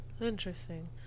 Interesting